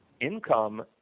income